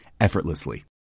effortlessly